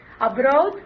Abroad